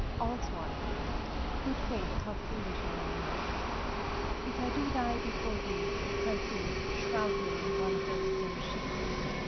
all's one good faith, how foolish are our minds if i do die before thee, pr'ythee, shroud me in one of those same sheets.